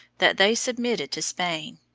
that they submitted to spain.